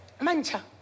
Mancha